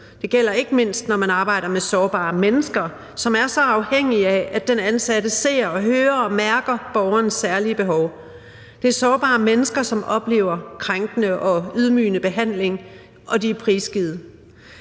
Det gælder ikke mindst, når man arbejder med sårbare mennesker, som er så afhængige af, at den ansatte ser og hører og mærker borgerens særlige behov. Det er sårbare mennesker, som oplever krænkende og ydmygende behandling, og de er prisgivet.